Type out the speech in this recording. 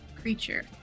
creature